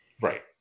Right